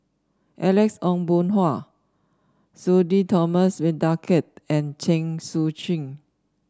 Alex Ong Boon Hau Sudhir Thomas Vadaketh and Chen Sucheng